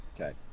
Okay